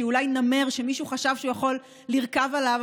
שאולי היא נמר שמישהו חשב שהוא יוכל לרכוב עליו,